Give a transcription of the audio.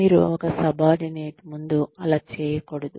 మీరు ఒక సబార్డినేట్ ముందు అలా చేయకూడదు